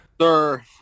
Sir